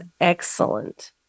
excellent